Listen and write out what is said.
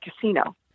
casino